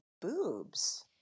boobs